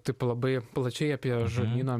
taip labai plačiai apie žarnyno